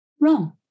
Wrong